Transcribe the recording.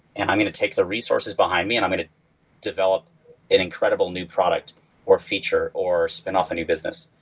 and i'm going to take the resources behind me and i'm going to develop an incredible new product or feature or spinoff a new business.